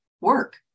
work